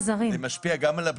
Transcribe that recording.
אתה מעלה בעיה שצריך לתת עליה